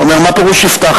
הוא אומר: מה פירוש הבטחנו?